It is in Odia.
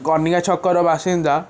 କନିକାଛକର ବାସିନ୍ଦା